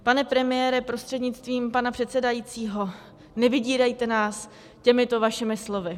Pane premiére, prostřednictvím pana předsedajícího, nevydírejte nás těmito vašimi slovy.